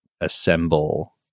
assemble